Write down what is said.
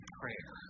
prayer